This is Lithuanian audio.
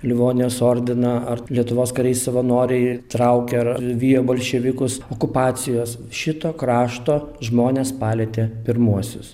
livonijos ordiną ar lietuvos kariai savanoriai traukė ar vijo bolševikus okupacijos šito krašto žmones palietė pirmuosius